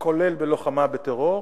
כולל בלוחמה בטרור,